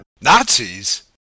Nazis